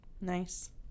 Nice